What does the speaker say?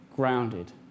grounded